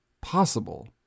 possible